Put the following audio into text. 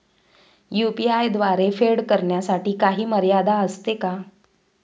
UPI द्वारे फेड करण्यासाठी काही मर्यादा असते का?